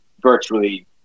virtually